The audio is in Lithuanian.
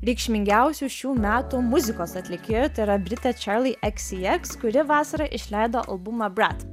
reikšmingiausių šių metų muzikos atlikėjų tai yra britė čerli eksi eks kuri vasarą išleido albumą brat